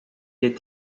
est